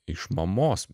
iš mamos